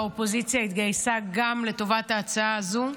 והאופוזיציה התגייסה גם לטובת ההצעה הזו.